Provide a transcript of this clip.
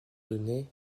donnait